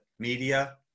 media